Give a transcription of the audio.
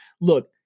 Look